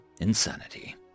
insanity